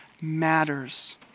matters